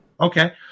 okay